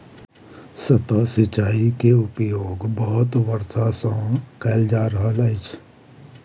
सतह सिचाई के उपयोग बहुत वर्ष सँ कयल जा रहल अछि